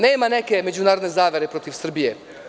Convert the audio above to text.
Nema neke međunarodne zavere protiv Srbije.